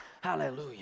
hallelujah